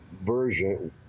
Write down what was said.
version